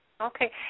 Okay